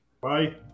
Bye